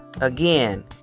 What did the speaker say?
Again